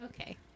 Okay